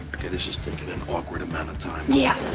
ok, this is taking an awkward amount of time. yeah,